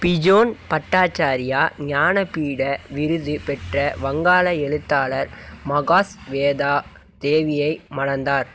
Bjorn Bhattacharya ஞானபீட விருது பெற்ற வங்காள எழுத்தாளர் மகாஸ்வேதா தேவியை மணந்தார்